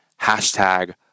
Hashtag